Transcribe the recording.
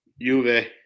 Juve